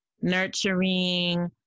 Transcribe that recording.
nurturing